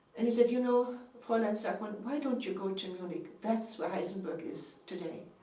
and he said, you know, fraulein sackmann, why don't you go to munich? that's where heisenberg is today.